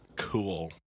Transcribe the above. cool